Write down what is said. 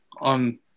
on